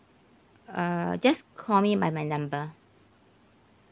uh just call me by my number